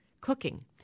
cooking